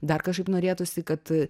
dar kažkaip norėtųsi kad